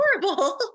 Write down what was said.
horrible